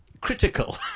critical